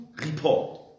report